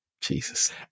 Jesus